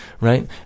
right